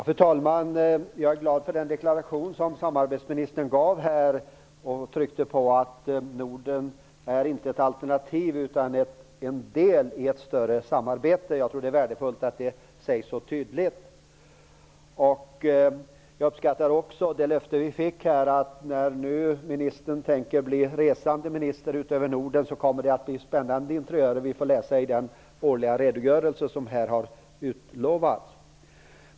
Fru talman! Jag är glad över den deklaration som samarbetsministern avgav om att Norden inte är ett alternativ utan en del i ett större samarbete. Det är värdefullt att detta sägs så tydligt. Jag uppskattar också det löfte som vi fick. När nu ministern tänker bli en resande minister i Norden kommer det bli spännande att läsa i den årliga redogörelse som här har utlovats.